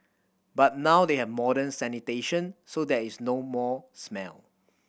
but now they have modern sanitation so there is no more smell